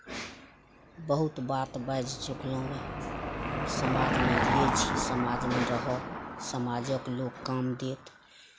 बहुत बात बाजि चुकलहुॅं समाजमे जियै छी समाजमे रहब समाजक लोक काम देत